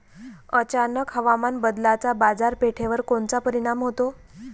अचानक हवामान बदलाचा बाजारपेठेवर कोनचा परिणाम होतो?